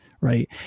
Right